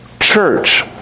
church